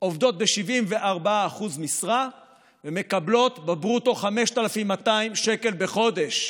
עובדות ב-74% משרה ומקבלות בברוטו 5,200 שקל בחודש.